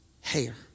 hair